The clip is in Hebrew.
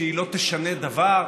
שהיא לא תשנה דבר,